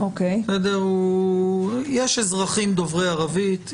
יש אזרחים דוברי ערבית,